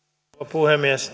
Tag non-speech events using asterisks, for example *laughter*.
puhemies *unintelligible*